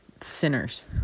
sinners